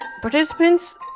participants